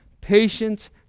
patience